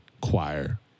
Choir